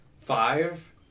five